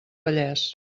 vallès